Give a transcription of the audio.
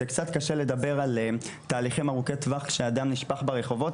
קצת קשה לדבר על תהליכים ארוכי טווח כשהדם נשפך ברחובות,